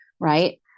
Right